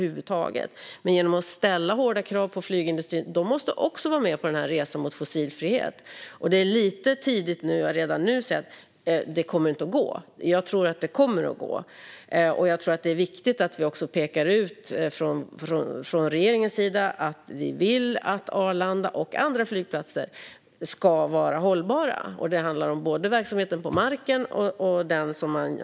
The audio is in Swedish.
Genom att ställa hårda krav på flygindustrin kan vi få med oss också dem på resan mot fossilfrihet. Det är lite tidigt att redan nu säga att det inte kommer att gå. Jag tror att det kommer att gå. Jag tror också att det är viktigt att vi från regeringens sida pekar ut att vi vill att Arlanda och andra flygplatser ska vara hållbara. Det handlar om både verksamheten på marken och den i luften.